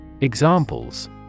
Examples